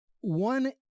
One